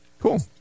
cool